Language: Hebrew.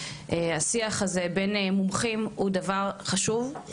השיח הזה בין מומחים הוא דבר חשוב,